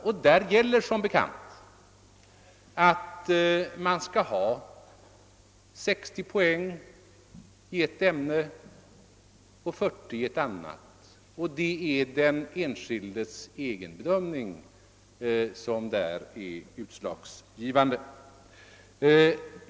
Därvidlag gäller som bekant att man skall ha 60 poäng i ett ämne och 40 poäng i ett annat, och det är den enskildes egen bedömning som därvidlag är utslagsgivande.